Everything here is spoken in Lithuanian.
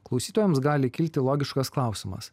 klausytojams gali kilti logiškas klausimas